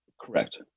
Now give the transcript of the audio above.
Correct